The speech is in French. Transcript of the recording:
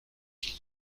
qu’il